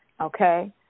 Okay